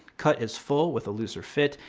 cut is full with a looser fit.